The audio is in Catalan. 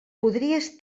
podries